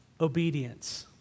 obedience